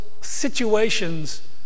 situations